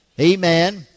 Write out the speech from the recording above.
Amen